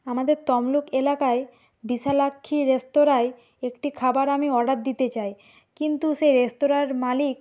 আমাদের তমলুক এলাকায় বিশালাক্ষী রেস্তোরাঁয় একটি খাবার আমি অর্ডার দিতে চাই কিন্তু সেই রেস্তোরাঁর মালিক